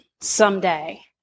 someday